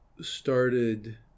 started